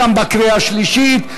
גם בקריאה השלישית.